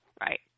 right